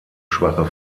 schwache